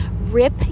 Rip